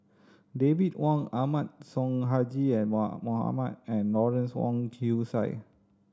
David Wong Ahmad Sonhadji Mohamad and Lawrence Wong Shyun Tsai